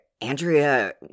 Andrea